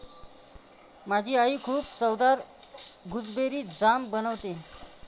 माझी आई खूप चवदार गुसबेरी जाम बनवते